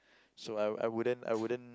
so I I wouldn't I wouldn't